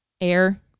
air